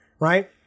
right